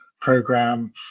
program